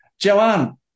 Joanne